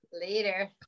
Later